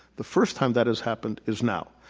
the first time that has happened is now.